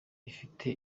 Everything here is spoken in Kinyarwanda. ifite